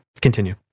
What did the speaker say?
continue